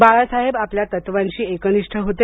बाळासाहेब आपल्या तत्त्वांशी एकनिष्ठ होते